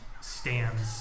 stands